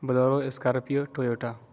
bolero scorpio Toyota